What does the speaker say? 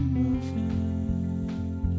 moving